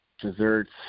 Desserts